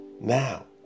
Now